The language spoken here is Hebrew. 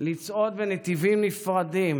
לצעוד בנתיבים נפרדים,